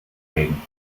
legen